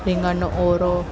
રીંગણનો ઓળો